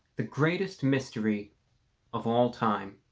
the greatest mystery of all time